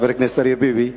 חבר הכנסת אריה ביבי.